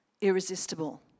irresistible